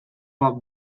bat